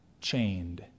chained